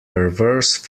perverse